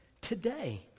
today